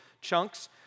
chunks